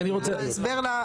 אני ככה מבינה, שזה ההסבר.